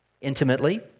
intimately